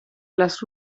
las